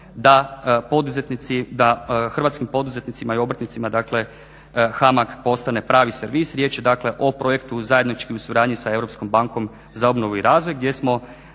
da hrvatskim poduzetnicima i obrtnicima, dakle HAMAG postane pravi servis. Riječ je dakle o projektu zajednički u suradnji sa Europskom bankom za obnovu i razvoj gdje smo